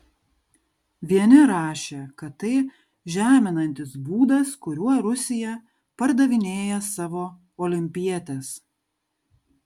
vieni rašė kad tai žeminantis būdas kuriuo rusija pardavinėja savo olimpietes